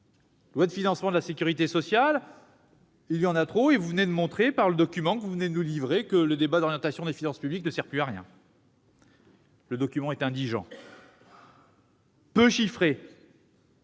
loi de financement de la sécurité sociale ; il y en a trop, et vous venez de montrer, au travers du document que vous avez livré, que le débat d'orientation des finances publiques ne servait plus à rien. Ce document est indigent : peu chiffré,